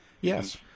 yes